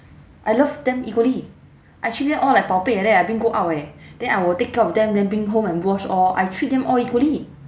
I love them equally I treat them all like 宝贝 like that I bring go out eh then I will take care of them then bring home and wash all I treat them all equally